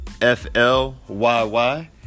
F-L-Y-Y